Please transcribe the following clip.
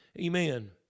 Amen